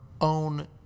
own